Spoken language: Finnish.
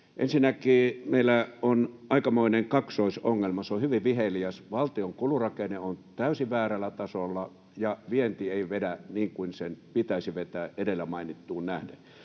Ensinnäkin meillä on aikamoinen kaksoisongelma. Se on hyvin viheliäs. Valtion kulurakenne on täysin väärällä tasolla, ja vienti ei vedä niin kuin sen pitäisi vetää edellä mainittuun nähden.